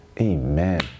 Amen